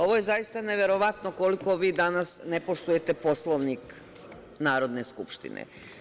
Ovo je zaista neverovatno koliko vi danas ne poštujete Poslovnik Narodne skupštine.